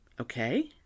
okay